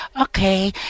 Okay